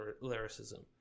lyricism